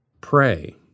pray